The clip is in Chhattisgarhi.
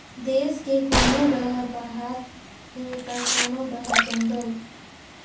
देस के कोनो डहर पहाड़ हे त कोनो डहर जंगल